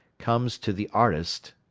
comes to the artist,